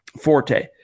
forte